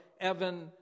Evan